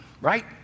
right